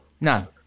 No